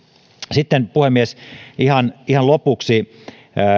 sitten puhemies ihan ihan lopuksi